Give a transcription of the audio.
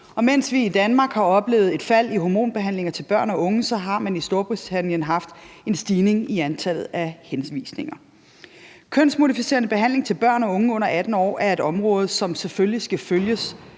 Og mens vi i Danmark har oplevet et fald i hormonbehandlinger til børn og unge, har man i Storbritannien haft en stigning i antallet af henvisninger. Kønsmodificerende behandling til børn og unge under 18 år er et område, som selvfølgelig skal følges